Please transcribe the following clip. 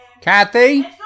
Kathy